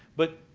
but